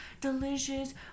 delicious